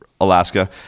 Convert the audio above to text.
Alaska